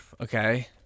Okay